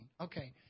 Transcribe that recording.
Okay